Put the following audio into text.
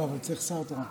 לא, אבל אני צריך שר תורן.